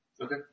Okay